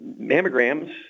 mammograms